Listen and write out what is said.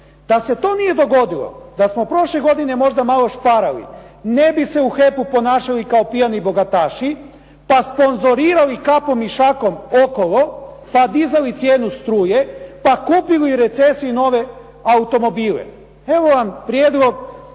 Da se to nije dogodilo, da smo prošle godine možda malo šparali ne bi se u HEP-u ponašali kao pijani bogataši, pa sponzorirali kapom i šakom okolo, pa dizali cijenu struje, pa kupili u recesiji nove automobile. Evo vam prijedlog